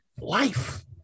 life